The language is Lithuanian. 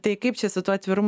tai kaip čia su tuo atvirumu